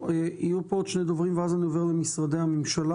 יהיו פה עוד שני דוברים ואז אני עובר למשרדי הממשלה.